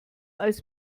als